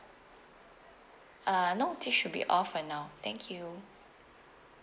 uh no this should be all for now thank you